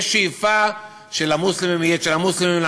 יש שאיפה שלמוסלמים יהיה של המוסלמים,